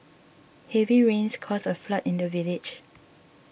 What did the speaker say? heavy rains caused a flood in the village